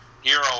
hero